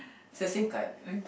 is the same card